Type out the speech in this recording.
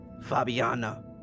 Fabiana